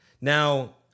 Now